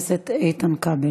ואחריה, חבר הכנסת איתן כבל.